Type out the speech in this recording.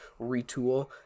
retool